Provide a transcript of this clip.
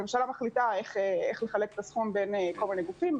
מחליטה איך לחלק את הסכום בין כל מיני גופים,